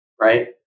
right